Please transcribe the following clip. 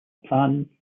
plan